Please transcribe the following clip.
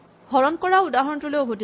হৰণ কৰা উদাহৰণটোলৈ উভতি যাওঁ